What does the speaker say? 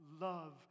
love